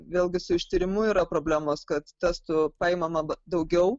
vėlgi su ištyrimu yra problemos kad testų paimama daugiau